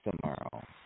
tomorrow